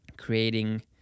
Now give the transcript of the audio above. creating